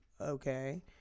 okay